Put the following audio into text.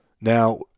Now